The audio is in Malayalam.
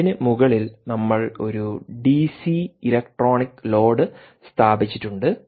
അതിന് മുകളിൽ നമ്മൾ ഒരു ഡിസി ഇലക്ട്രോണിക് ലോഡ് സ്ഥാപിച്ചിട്ടുണ്ട്